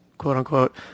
quote-unquote